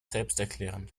selbsterklärend